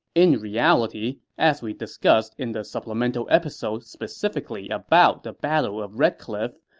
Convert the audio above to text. in reality, as we discussed in the supplemental episode specifically about the battle of red cliff,